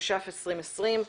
תש"פ-2020.